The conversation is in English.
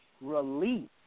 release